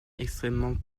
extrêmement